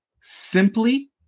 simply